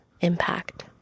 impact